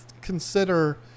consider